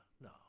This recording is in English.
no